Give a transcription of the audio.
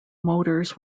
motors